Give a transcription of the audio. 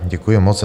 Děkuji moc.